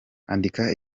andika